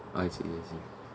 I see I see